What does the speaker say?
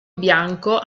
bianco